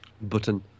button